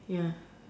ya